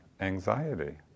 anxiety